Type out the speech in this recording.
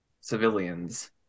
civilians